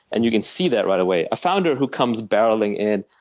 and you can see that right away. a founder who comes barreling in,